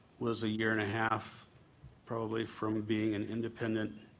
was a year and a half probably from being an independent